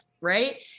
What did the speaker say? right